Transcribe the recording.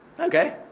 Okay